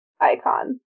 icon